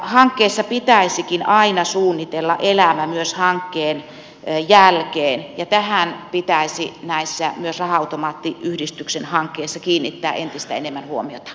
hankkeessa pitäisikin aina suunnitella elämä myös hankkeen jälkeen ja tähän pitäisi myös näissä raha automaattiyhdistyksen hankkeissa kiinnittää entistä enemmän huomiota